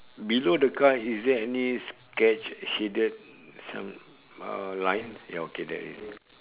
below the car is there any sketch shaded some uh line ya okay there is